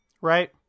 right